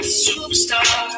superstar